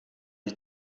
die